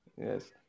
Yes